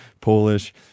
Polish